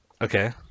okay